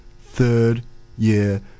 third-year